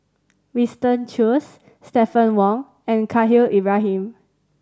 Winston Choos Stephanie Wong and Khalil Ibrahim